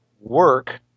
work